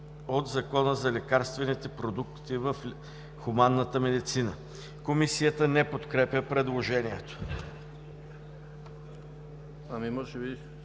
от Закона за лекарствените продукти в хуманната медицина.“ Комисията не подкрепя предложението. Предложение